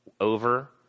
over